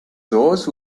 those